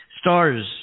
stars